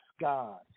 God